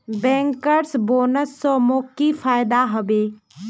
bankers bonus स मोक की फयदा हबे